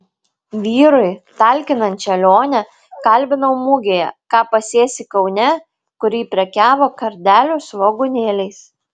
vyrui talkinančią lionę kalbinau mugėje ką pasėsi kaune kur ji prekiavo kardelių svogūnėliais